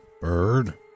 Bird